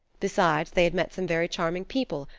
besides, they had met some very charming people,